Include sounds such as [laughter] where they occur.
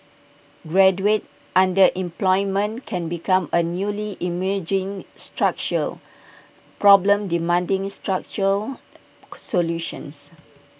graduate underemployment can become A newly emerging structural problem demanding structural [noise] solutions